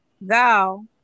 thou